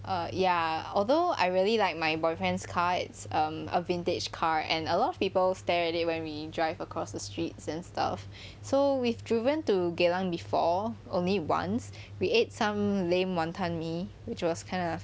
err ya although I really like my boyfriend's car it's um a vintage car and a lot of people stare at it when we drive across the streets and stuff so we've driven to geylang before only once we ate some lame wanton mee which was kinda